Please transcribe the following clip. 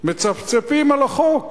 מצפצפים על החוק.